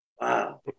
Wow